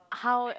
how